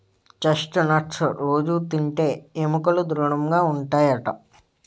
chest nuts రొజూ తింటే ఎముకలు దృడముగా ఉంటాయట